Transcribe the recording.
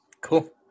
Cool